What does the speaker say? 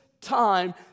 time